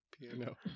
piano